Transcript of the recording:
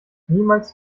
niemals